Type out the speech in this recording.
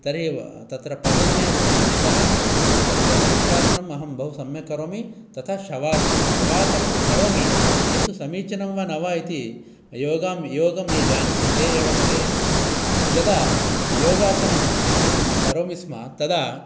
तर्हि तत्र पतनम् एव भवति अतः तत्र वृक्षासनम् अहं बहु सम्यक् करोमि ततश्शवासनं शवासनं करोमि किन्तु समीचिनं वा न वा इति योगां योगं ये जानन्ति ते एव वदेयुः यदा योगासनम् अहं करोमि स्म तदा